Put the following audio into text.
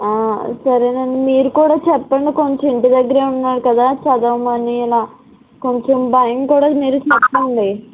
ఆ సరేనండి మీరు కూడా చెప్పండి కొంచెం ఇంటి దగ్గరే ఉన్నారు కదా చదవమనీ ఇలా కొంచెం భయం కూడా మీరు చెప్పండి